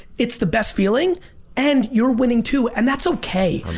it's the best feeling and you're winning too. and that's okay.